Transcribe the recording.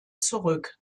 zurück